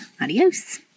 Adios